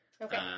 Okay